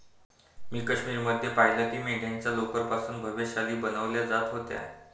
मी काश्मीर मध्ये पाहिलं की मेंढ्यांच्या लोकर पासून भव्य शाली बनवल्या जात होत्या